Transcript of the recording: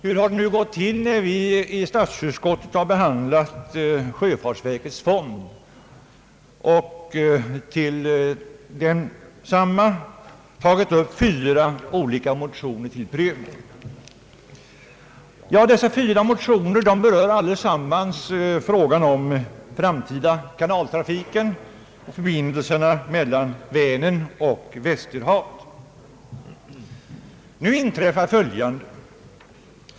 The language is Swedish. Hur har det nu gått till när vi i statsutskottet behandlat sjöfartsverkets fond och i anslutning härtill tagit upp fyra olika motioner till prövning? Dessa fyra motioner berör samtliga frågan om den framtida kanaltrafiken, förbindelserna mellan Vänern och Västerhavet. Nu inträffar följande.